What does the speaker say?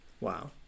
Wow